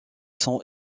sont